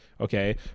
Okay